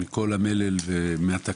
מכל המלל והתקנות